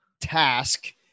task